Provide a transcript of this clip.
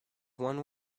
one